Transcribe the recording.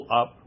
up